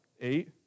eight